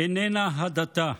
איננה הדתה.